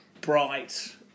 bright